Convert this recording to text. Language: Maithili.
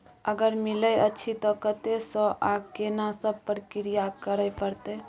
अगर मिलय अछि त कत्ते स आ केना सब प्रक्रिया करय परत?